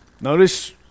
Notice